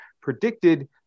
predicted